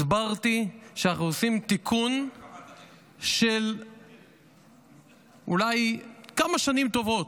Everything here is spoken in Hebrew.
הסברתי שאנחנו עושים תיקון של אולי כמה שנים טובות,